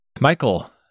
Michael